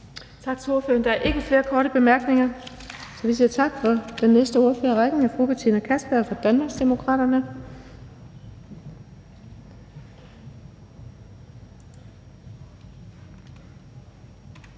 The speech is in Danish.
Tak til ordføreren. Der er ikke flere korte bemærkninger, så vi siger tak. Den næste ordfører i rækken er fru Betina Kastbjerg fra Danmarksdemokraterne.